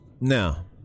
Now